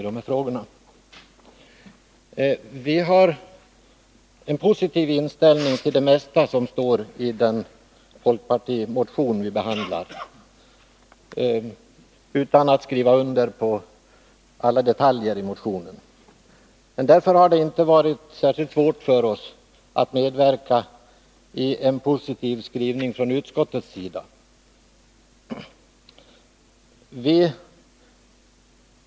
Vår inställning är positiv till det mesta som står i den folkpartimotion som nu behandlas. Jag har därmed inte sagt att vi skriver under på alla detaljer i motionen. Det har dock inte varti särskilt svårt för oss att medverka till en positiv skrivning från utskottet.